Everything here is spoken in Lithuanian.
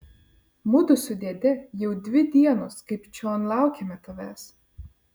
mudu su dėde jau dvi dienos kaip čion laukiame tavęs